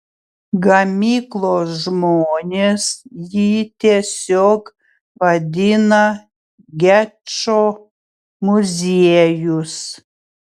gamyklos žmonės jį tiesiog vadina gečo muziejus